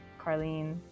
carlene